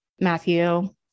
Matthew